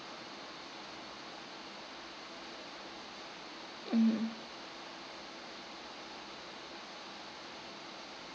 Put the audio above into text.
mm